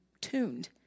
tuned